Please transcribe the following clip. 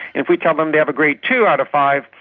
if we tell them they have a grade two out of five,